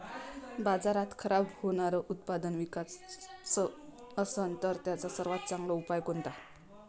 बाजारात खराब होनारं उत्पादन विकाच असन तर त्याचा सर्वात चांगला उपाव कोनता?